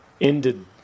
ended